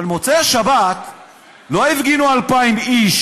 אבל במוצאי שבת לא הפגינו 2,000 איש